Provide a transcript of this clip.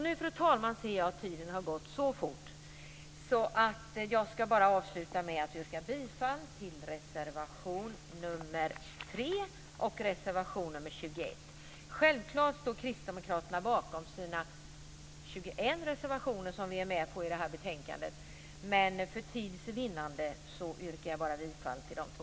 Nu, fru talman, ser jag att tiden har gått så fort att jag bara ska avsluta med att yrka bifall till reservationerna 3 och 21. Självfallet står kristdemokraterna bakom de 21 reservationer som vi är med på i det här betänkandet. Men för tids vinnande yrkar jag bifall bara till de här två.